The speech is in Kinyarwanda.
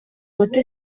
umuti